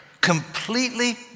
completely